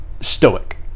stoic